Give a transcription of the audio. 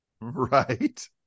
Right